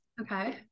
okay